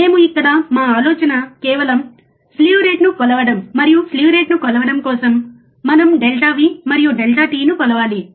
మేము ఇక్కడ మా ఆలోచన కేవలం స్లీవ్ రేటును కొలవడం మరియు స్లీవ్ రేటును కొలవడం కోసం మనం డెల్టా V మరియు డెల్టా t ను కొలవాలి